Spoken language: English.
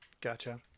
Gotcha